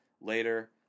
later